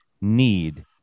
need